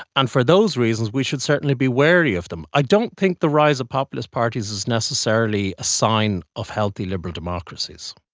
and for those reasons we should certainly be wary wary of them. i don't think the rise of populist parties is necessarily a sign of healthy liberal democracies.